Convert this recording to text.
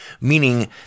meaning